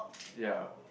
ya